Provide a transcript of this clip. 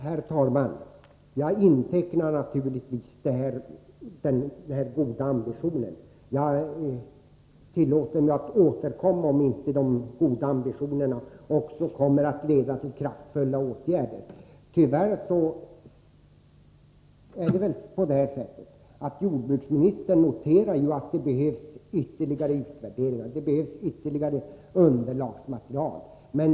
Herr talman! Jag noterar naturligtvis de goda ambitionerna. Jag tillåter mig att återkomma om inte de goda ambitionerna också leder till kraftfulla åtgärder. Jordbruksministern säger att det behövs ytterligare utvärderingar och ytterligare underlagsmaterial.